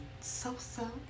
so-so